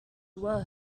worst